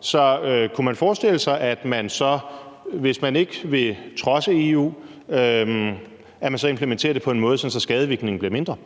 Så kunne man forestille sig, at man så, hvis man ikke vil trodse EU, implementerer det på en måde, så skadevirkningen bliver mindre?